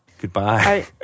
Goodbye